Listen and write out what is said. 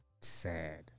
sad